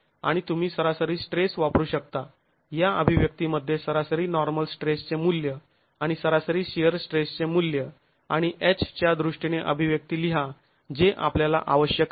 आणि तुम्ही सरासरी स्ट्रेस वापरू शकता या अभिव्यक्तीमध्ये सरासरी नॉर्मल स्ट्रेस चे मूल्य आणि सरासरी शिअर स्ट्रेसचे मूल्य आणि H च्या दृष्टीने अभिव्यक्ती लिहा जे आपल्याला आवश्यक आहे